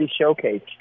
showcase